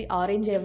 orange